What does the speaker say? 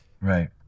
right